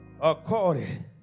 according